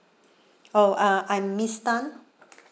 oh uh I'm miss tan